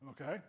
okay